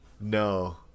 No